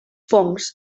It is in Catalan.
fongs